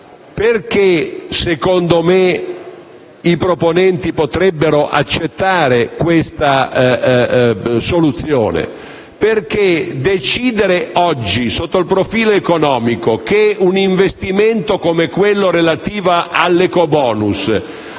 Perché, secondo me, i proponenti potrebbero accettare questa soluzione? Perché decidere oggi, sotto il profilo economico, che un investimento come quello relativo all'ecobonus